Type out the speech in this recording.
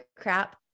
crap